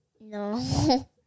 No